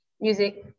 Music